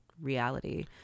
reality